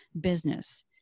business